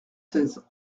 seize